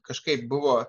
kažkaip buvo